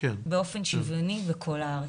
באופן שוויוני בכל הארץ.